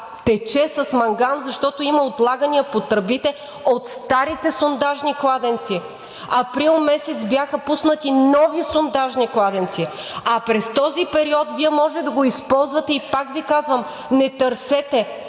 Тече с манган, защото има отлагания по тръбите от старите сондажни кладенци. Април месец бяха пуснати нови сондажни кладенци, а през този период Вие може да го използвате. И пак Ви казвам: не търсете.